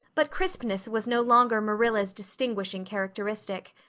but crispness was no longer marilla's distinguishing characteristic.